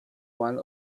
one